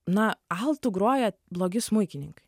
na altu groja blogi smuikininkai